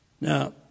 Now